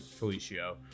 Felicio